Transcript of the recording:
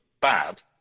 bad